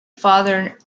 father